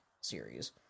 series